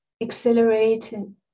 accelerated